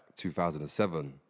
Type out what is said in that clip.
2007